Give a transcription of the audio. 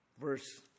Verse